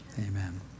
Amen